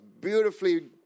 beautifully